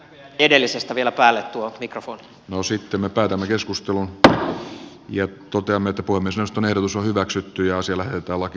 edellisestä vielä päälle asia lähetetään hallintovaliokuntaan jolle perustuslakivaliokunnan ja työelämä ja se lähettää laki